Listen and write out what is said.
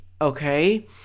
okay